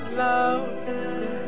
love